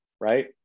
right